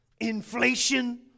inflation